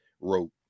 wrote